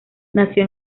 nació